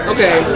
Okay